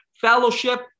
Fellowship